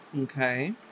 Okay